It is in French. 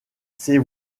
ces